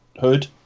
hood